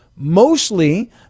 mostly